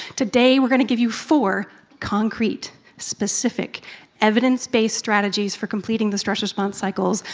today, we're going to give you four concrete specific evidence-based strategies for completing the stress response cycles.